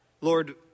Lord